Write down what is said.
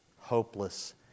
hopeless